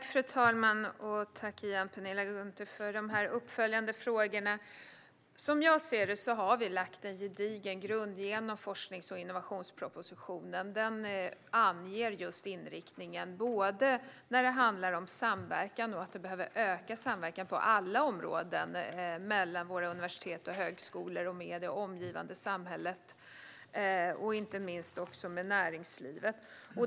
Fru talman! Tack igen, Penilla Gunther, för de uppföljande frågorna! Som jag ser det har vi lagt en gedigen grund genom forsknings och innovationspropositionen. Den anger just både inriktningen och att samverkan behöver öka på alla områden mellan våra universitet och högskolor och det omgivande samhället. Det gäller inte minst näringslivet.